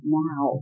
now